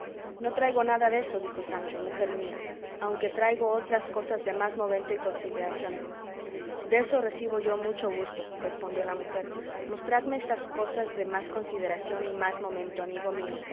no traigo nada deso dijo sancho mujer mía aunque traigo otras cosas de más momento y consideración deso recibo yo mucho gusto respondió la mujer mostradme esas cosas de más consideración y más momento amigo mío